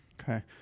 Okay